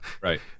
Right